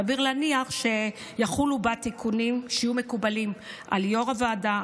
סביר להניח שיחולו בה תיקונים שיהיו מקובלים על יו"ר הוועדה,